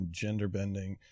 gender-bending